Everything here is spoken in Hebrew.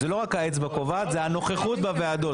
זו לא רק האצבע קובעת, זו הנוכחות בוועדות.